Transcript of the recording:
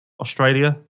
Australia